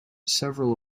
several